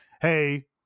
hey